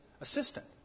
assistant